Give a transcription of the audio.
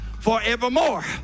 forevermore